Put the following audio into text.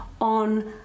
on